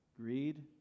Greed